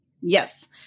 Yes